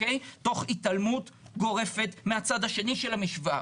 תוך התעלמות גורפת מהצד השני של המשוואה,